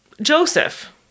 Joseph